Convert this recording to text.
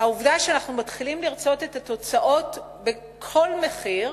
העובדה שאנחנו מתחילים לרצות את התוצאות בכל מחיר,